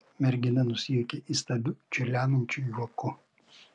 mergina nusijuokė įstabiu čiurlenančiu juoku